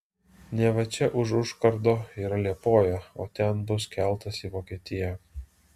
neva čia už užkardo yra liepoja o ten bus keltas į vokietiją